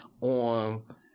on